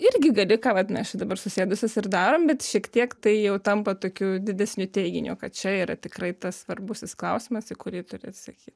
irgi gali ką vat mes čia dabar susėdusios ir darom bet šiek tiek tai jau tampa tokiu didesniu teiginiu kad čia yra tikrai tas svarbusis klausimas į kurį turi atsakyt